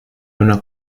una